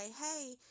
hey